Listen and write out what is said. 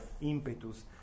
impetus